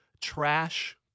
trash